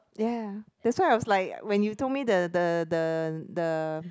ya that's why I was like when you told me the the the the